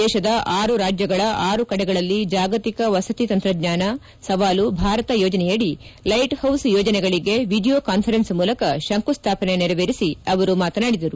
ದೇಶದ ಆರು ರಾಜ್ಲಗಳ ಆರು ಕಡೆಗಳಲ್ಲಿ ಜಾಗತಿಕ ವಸತಿ ತಂತ್ರಜ್ಙಾನ ಸವಾಲು ಭಾರತ ಯೋಜನೆಯಡಿ ಲೈಟ್ ಹೌಸ್ ಯೋಜನೆಗಳಿಗೆ ವಿಡಿಯೋ ಕಾನ್ವರೆನ್ಸ್ ಮೂಲಕ ಶಂಕುಸ್ಟಾಪನೆ ನೆರವೇರಿಸಿ ಅವರು ಮಾತನಾಡಿದರು